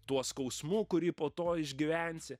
tuo skausmu kurį po to išgyvensi